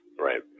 right